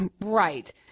Right